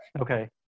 Okay